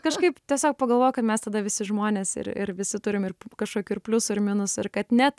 kažkaip tiesiog pagalvojau kad mes tada visi žmonės ir ir visi turim ir kažkokių ir pliusų ir minusų ir kad net